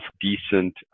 decent